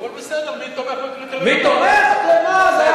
אבל בסדר, מי תומך בקריטריונים, ?